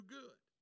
good